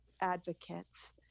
advocates